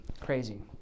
Crazy